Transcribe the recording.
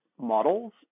models